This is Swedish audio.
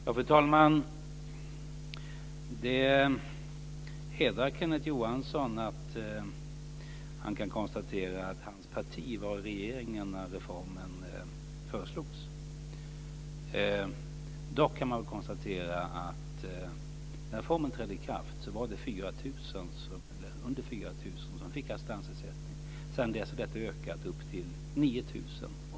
Fru talman! Det hedrar Kenneth Johansson att hans parti satt i regeringen när reformen föreslogs. Dock kan man konstatera att när reformen trädde i kraft var det under 4 000 som fick assistansersättning. Sedan dess har detta ökat upp till 9 000.